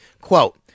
Quote